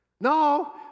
No